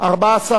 להצביע.